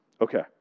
Okay